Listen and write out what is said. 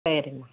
சரிம்மா